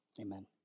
Amen